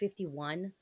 51